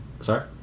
Sorry